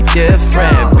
different